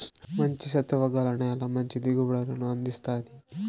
మంచి సత్తువ గల నేల మంచి దిగుబడులను అందిస్తాది